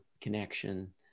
connection